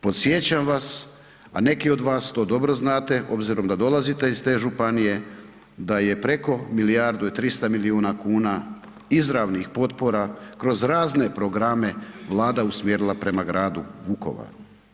Podsjećam vas, a neki od vas to dobro znate obzirom da dolazite iz te županije, da je preko milijardu i 300 milijuna kuna izravnih potpora kroz razne programe Vlada usmjerila prema gradu Vukovaru.